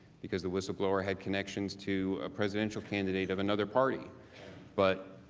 because the whistleblower had connections to a presidential candidate of another party but,